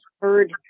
heard